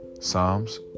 Psalms